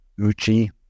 Uchi